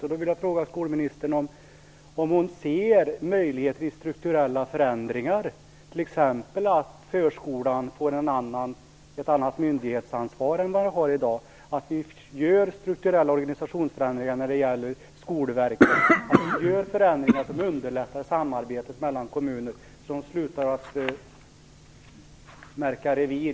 Jag skulle vilja fråga skolministern om hon ser möjligheter till strukturella förändringar, t.ex. att förskolan får ett annat myndighetsansvar än vad den har i dag, att vi genomför strukturella organisationsförändringar när det gäller Skolverket, genomför förändringar som underlättar samarbetet mellan kommuner så att de slutar att märka revir.